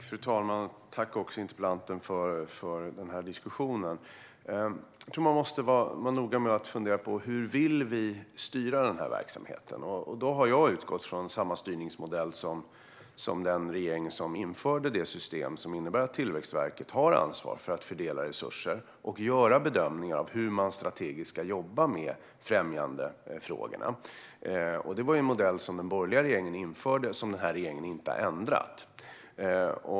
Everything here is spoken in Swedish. Fru talman! Jag tackar interpellanten för diskussionen. Jag tror att man måste vara noga med att fundera på hur vi vill styra den här verksamheten. Jag har utgått från samma styrningsmodell som den förra regeringen. Systemet innebär att Tillväxtverket har ansvar för att fördela resurser och göra bedömningar av hur man strategiskt ska jobba med främjandefrågorna. Det var en modell som den borgerliga regeringen införde och som den här regeringen inte har ändrat.